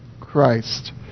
Christ